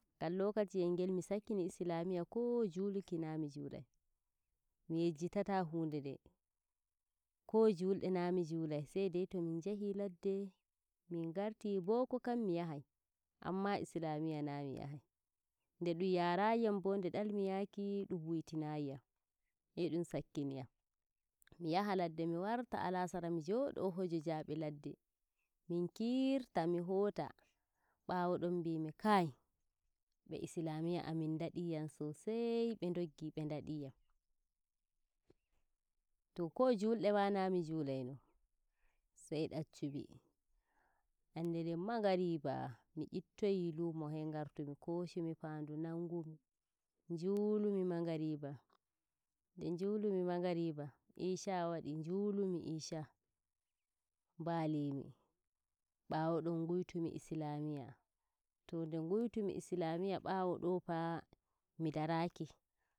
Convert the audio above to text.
Ngan lokaci yel ngel mi sakki islamiyya ko juluki naa mi julai mi yejjitata hunɗeɗen ko julde naa mi julai. sai dai to min njahi ladde min ngarti boko kam mi yahai amma islamiyya na mi yahai nde dum yaarai yam bo, nde dalmi yaaki ɗum weltinaiyam de ɗum sakkiyam. Mo yaha ladde mi warta alasara mi joɗi jabe balɗe min kirki mi hota. Bawo don ngimi kai be islamiyya amin ndadiyan sosai be ndoggi be ndadiyam to ko juldema na mi julaino sai ɗaccumin yan ɗeɗen maghariba, mi nyittoyi luumo sai ngartumi ko shumi faadu nangumi njulumi mangariba nde njulumi magriba isha wadi njulumi isha mbalimi. ɓawo don njoti islamiyya, to nde ngartumi islamiyya ɓawo doofa mi daraki